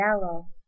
yellow